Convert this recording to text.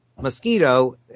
mosquito